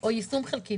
או יישום חלקי,